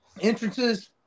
Entrances